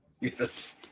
Yes